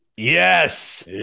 Yes